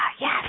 yes